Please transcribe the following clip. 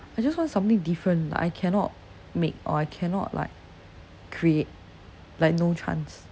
I just want something different like I cannot make or I cannot like create like no chance